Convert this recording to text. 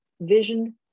vision